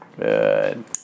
good